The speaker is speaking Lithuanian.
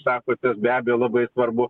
sako tas be abejo labai svarbu